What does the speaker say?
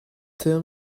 tell